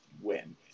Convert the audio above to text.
win